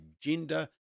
gender